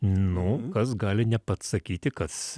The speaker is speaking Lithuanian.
nu kas gali nepadsakyti kad